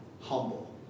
humble